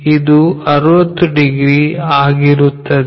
ಇದು 60 ಡಿಗ್ರಿ ಆಗಿರುತ್ತದೆ